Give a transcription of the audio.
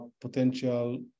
potential